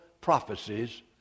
prophecies